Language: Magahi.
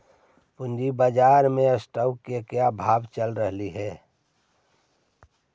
पूंजी बाजार में स्टॉक्स के क्या भाव चल रहलई हे